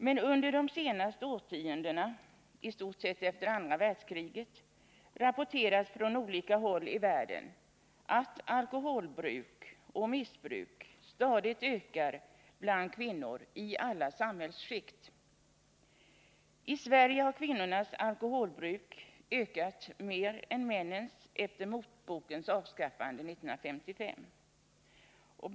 Men under de senaste årtiondena — i stort sett efter andra världskriget — rapporteras från olika håll i världen att alkoholbruk och missbruk stadigt ökar bland kvinnor i alla samhällsskikt. I Sverige har kvinnornas alkoholbruk ökat mer än männens efter motbokens avskaffande 65 1955.